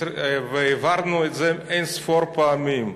והבהרנו את זה אין-ספור פעמים: